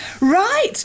Right